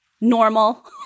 Normal